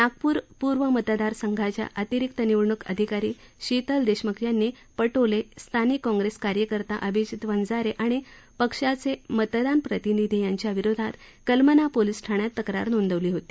नागपूर पूर्व मतदारसंघाच्या अतिरिक्त निवडणूक अधिकारी शितल देशम्ख यांनी पटोले स्थानिक काँग्रेस कार्यकर्ता अभिजित वंझारे आणि पक्षाचे मतदान प्रतिनिधी विरोधात कलमना पोलीस ठाण्यात तक्रार नोंदवली होती